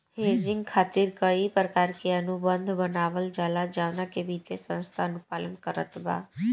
hedging खातिर कई प्रकार के अनुबंध बनावल जाला जवना के वित्तीय संस्था अनुपालन करत बा